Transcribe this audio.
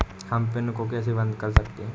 हम पिन को कैसे बंद कर सकते हैं?